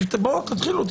תתחילו,